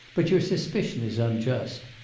but your suspicion is unjust.